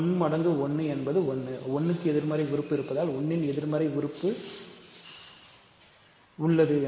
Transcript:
1 மடங்கு 1 என்பது 1 என்பதால் 1 க்கு ஒரு எதிர்மறை உறுப்பு 1 உள்ளது